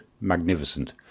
magnificent